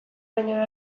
baino